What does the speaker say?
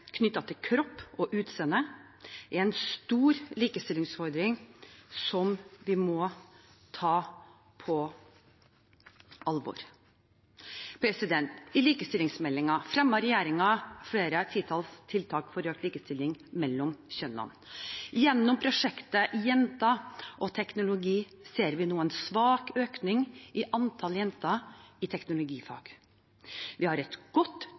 til kropp og utseende er en stor likestillingsutfordring, som vi må ta på alvor. I likestillingsmeldingen fremmet regjeringen flere titalls tiltak for økt likestilling mellom kjønnene. Gjennom prosjektet Jenter og teknologi ser vi en svak økning i antallet jenter i teknologifag. Vi har et godt